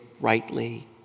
rightly